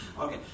okay